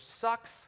sucks